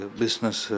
business